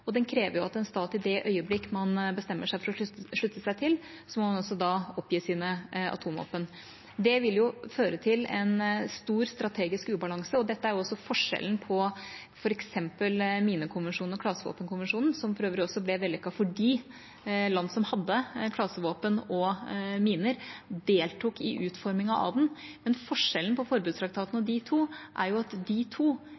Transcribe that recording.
og den krever at en stat i det øyeblikk man bestemmer seg for å slutte seg til, også må oppgi sine atomvåpen. Det vil føre til en stor strategisk ubalanse, og dette er også forskjellen på f.eks. minekonvensjonen og klasevåpenkonvensjonen, som for øvrig også ble vellykket fordi land som hadde klasevåpen og miner, deltok i utformingen av den. Men forskjellen på forbudstraktaten og de to,